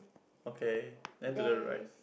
okay then to the right